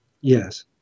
Yes